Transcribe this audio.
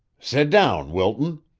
sit down, wilton,